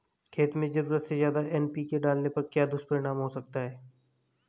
खेत में ज़रूरत से ज्यादा एन.पी.के डालने का क्या दुष्परिणाम हो सकता है?